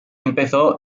empezó